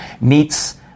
meets